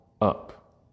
up